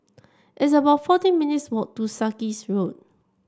it's about fourteen minutes' walk to Sarkies Road